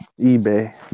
eBay